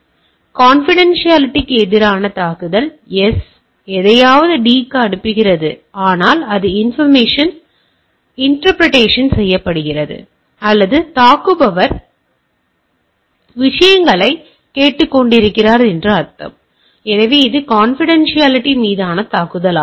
எனவே கான்பிடான்சியாலிட்டிக்கு எதிரான தாக்குதல் S எதையாவது D க்கு அனுப்புகிறது ஆனால் அது இன்டெர்ரப்சன் செய்யப்பட்டுள்ளது அல்லது தாக்குபவர் விஷயங்களைக் கேட்டுக்கொண்டிருக்கிறார் எனவே இது கான்பிடான்சியாலிட்டி மீதான தாக்குதல்